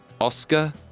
Oscar